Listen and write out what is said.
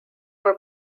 were